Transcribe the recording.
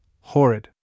horrid